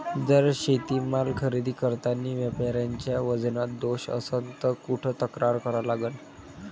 जर शेतीमाल खरेदी करतांनी व्यापाऱ्याच्या वजनात दोष असन त कुठ तक्रार करा लागन?